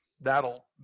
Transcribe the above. that'll